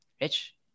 Rich